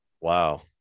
Wow